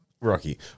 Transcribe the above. Rocky